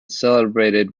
celebrated